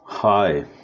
Hi